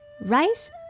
Rice